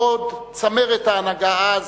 בעוד צמרת ההנהגה אז,